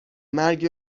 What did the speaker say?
مرگ